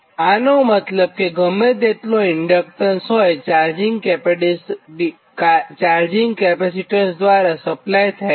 આનો મતલબ કે ગમે તેટલો ઇન્ડક્ટન્સ હોયએ ચાર્જિંગ કેપેસિટન્સ દ્વારા સપ્લાય થાય છે